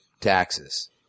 taxes